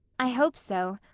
i hope so.